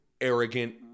arrogant